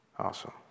Awesome